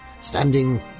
standing